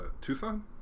Tucson